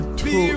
two